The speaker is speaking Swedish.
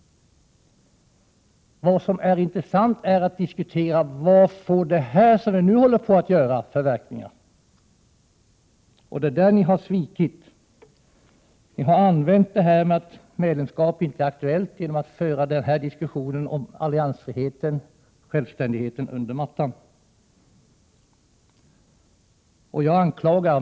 Det som är intressant är att diskutera vad det vi nu håller på att göra får för verkningar. Det är där ni har svikit. Ni har använt argumentet att medlemskap inte är aktuellt till att föra diskussionen om alliansfrihet och självständighet under mattan.